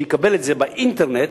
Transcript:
שיקבל את זה באינטרנט,